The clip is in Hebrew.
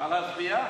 מה להצביע?